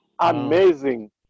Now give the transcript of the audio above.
amazing